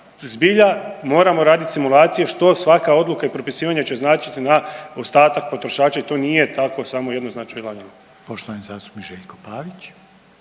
zbilja moramo radit simulacije što svaka odluka i propisivanje će značiti na ostatak potrošača i to nije tako samo jednoznačno i lagano.